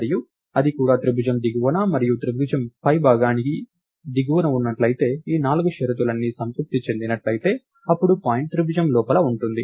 మరియు అది కూడా త్రిభుజం దిగువన మరియు త్రిభుజం పైభాగానికి దిగువన ఉన్నట్లయితే ఈ నాలుగు షరతులన్నీ సంతృప్తి చెందినట్లయితే అప్పుడు పాయింట్ త్రిభుజం లోపల ఉంటుంది